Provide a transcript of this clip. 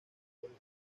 anillo